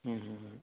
हम्म हम्म